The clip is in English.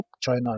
China